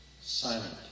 silent